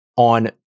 On